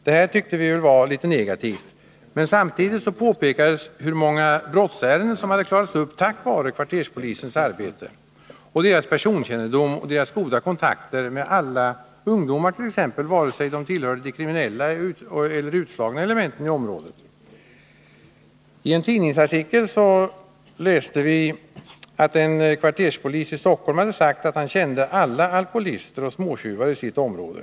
Det här tyckte vi var litet negativt, men samtidigt påpekades hur många brottsärenden som hade klarats upp tack vare kvarterspoliserna, deras personkännedom och deras goda kontakter med t.ex. alla ungdomar, vare sig de tillhör de kriminella och utslagna elementen i området eller inte. I en tidningsartikel läste vi att en kvarterspolis i Stockholm hade sagt att han kände alla alkoholister och småtjuvar i sitt område.